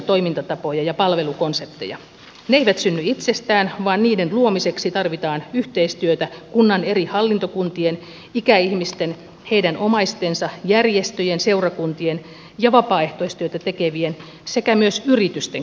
ne eivät synny itsestään vaan niiden luomiseksi tarvitaan yhteistyötä kunnan eri hallintokuntien ikäihmisten heidän omaistensa järjestöjen seurakuntien ja vapaaehtoistyötä tekevien sekä myös yritysten kanssa